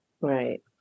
Right